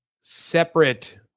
separate